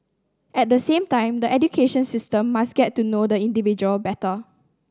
at the same time the education system must get to know the individual better